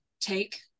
take